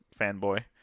fanboy